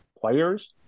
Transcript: players